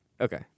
Okay